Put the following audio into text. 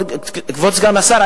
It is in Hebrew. כבוד סגן השר,